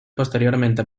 posteriormente